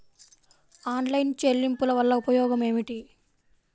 Online చెల్లింపుల వల్ల ఉపయోగమేమిటీ?